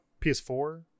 PS4